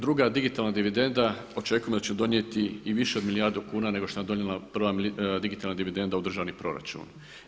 Druga digitalna dividenda, očekujemo da će donijeti i više od milijardu kuna nego što nam je donijela prva digitalna dividenda u državni proračun.